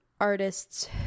artists